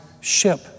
ship